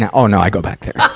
and oh, no. i go back there.